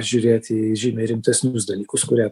žiūrėti į žymiai rimtesnius dalykus kurie